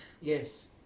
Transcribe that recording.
Yes